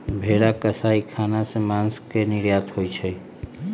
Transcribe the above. भेरा कसाई ख़ना से मास के निर्यात होइ छइ